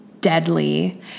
deadly